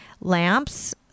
lamps